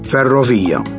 Ferrovia